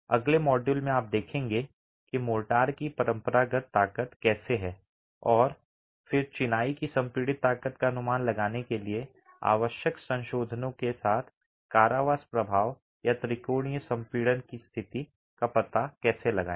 अगले मॉड्यूल में आप देखेंगे कि मोर्टार की अपरंपरागत ताकत कैसे है फिर चिनाई की संपीड़ित ताकत का अनुमान लगाने के लिए आवश्यक संशोधनों के साथ कारावास प्रभाव या त्रिकोणीय संपीड़न की स्थिति का पता लगाएं